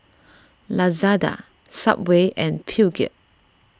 Lazada Subway and Peugeot